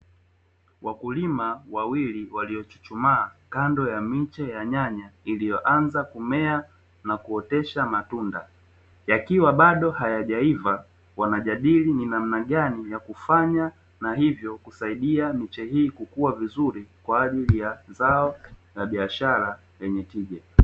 Wakulima wawili waliochuchumaa kando ya miche ya nyanya iliyoanza kumea na kuotesha matunda yakiwa bado hayajaiva, wanajadili ni namna gani ya kufanya na hivyo kusaidia miche hizi kukua vizuri kwa ajili ya zao na biashara yenye tija.